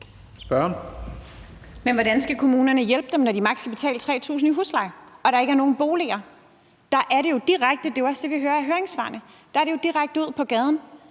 hvordan skal kommunerne hjælpe, når de maks. kan betale 3.000 kr. i husleje og der ikke er nogen boliger? Der er det jo direkte ud på gaden